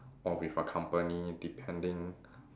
or with a company depending